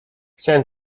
chciałem